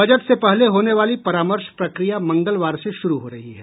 budget से पहले होने वाली परामर्श प्रक्रिया मंगलवार से शुरू हो रही है